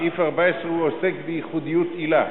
כי סעיף 14 עוסק בייחודיות עילה.